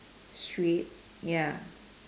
straight ya